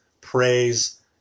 praise